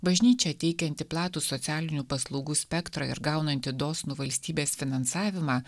bažnyčia teikianti platų socialinių paslaugų spektrą ir gaunanti dosnų valstybės finansavimą